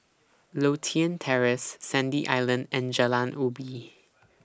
Lothian Terrace Sandy Island and Jalan Ubi